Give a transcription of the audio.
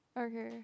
okay